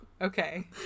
okay